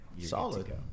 solid